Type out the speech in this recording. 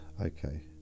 Okay